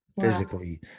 physically